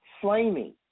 flaming